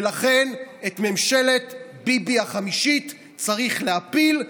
ולכן את ממשלת ביבי החמישית צריך להפיל.